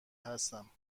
هستم